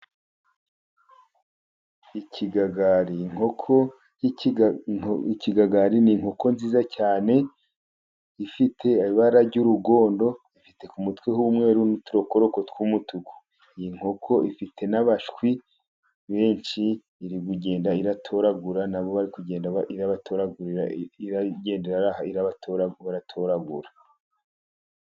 Ikigagari: inkoko y' ikigagari ni inkoko nziza cyane ifite ibara ry' urugondo, ifite ku mutwe h' umweru, n' uturokoroko tw' umutuku. Iyi nkoko ifite n' abashwi benshi iri kugenda iratoragura, nabo bari kugenda irabatoragurira iragenda iraraha nabo baratoragura.